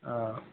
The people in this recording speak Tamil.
ஆ